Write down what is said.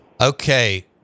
Okay